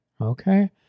okay